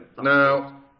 Now